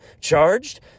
charged